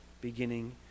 beginning